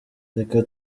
reka